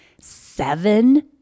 seven